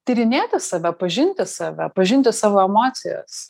tyrinėti save pažinti save pažinti savo emocijas